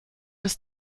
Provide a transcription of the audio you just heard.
ist